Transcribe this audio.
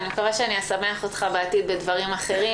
אני מקווה שאני אשמח אותך בעתיד בדברים אחרים,